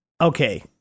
okay